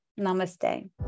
Namaste